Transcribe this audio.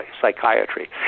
psychiatry